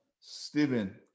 Steven